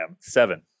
Seven